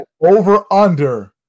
Over-under